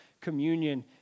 communion